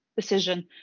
decision